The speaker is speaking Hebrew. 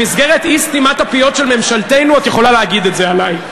במסגרת אי-סתימת הפיות של ממשלתנו את יכולה להגיד את זה עלי.